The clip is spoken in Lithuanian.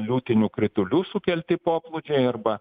liūtinių kritulių sukelti poplūdžiai arba